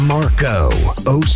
Marco